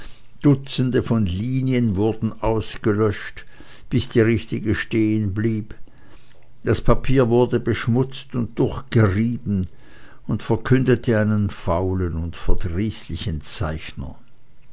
dutzende von linien wurden ausgelöscht bis die richtige stehenblieb das papier wurde beschmutzt und durchgerieben und verkündete einen faulen und verdrießlichen zeichner